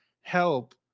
Help